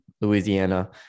Louisiana